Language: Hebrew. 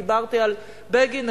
דיברתי על בגין,